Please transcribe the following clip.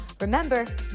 Remember